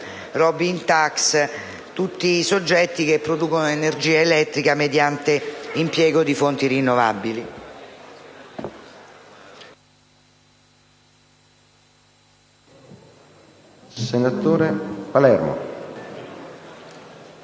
Robin Tax – tutti i soggetti che producono energia elettrica mediante l’impiego di fonti rinnovabili.